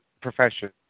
profession